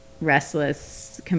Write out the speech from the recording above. restless